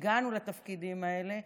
שהגענו לתפקידים האלה,